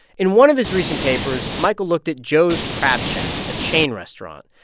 in one of his recent papers, michael looked at joe's crab shack, a chain restaurant.